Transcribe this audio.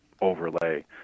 overlay